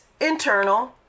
internal